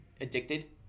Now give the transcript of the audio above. addicted